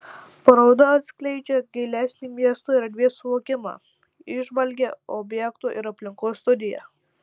paroda atskleidžia gilesnį miesto erdvės suvokimą įžvalgią objekto ir aplinkos studiją